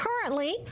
Currently